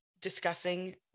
discussing